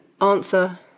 answer